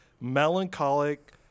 melancholic